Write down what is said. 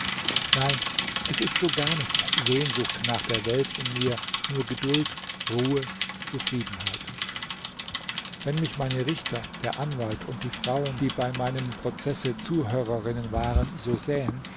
nein es ist so gar nicht sehnsucht nach der welt in mir nur geduld ruhe zufriedenheit wenn mich meine richter der anwalt und die frauen die bei meinem prozesse zuhörerinnen waren so sähen